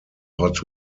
hot